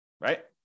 right